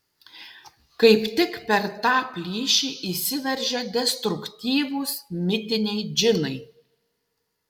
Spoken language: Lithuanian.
kaip tik per tą plyšį įsiveržia destruktyvūs mitiniai džinai